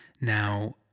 Now